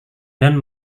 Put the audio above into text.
dan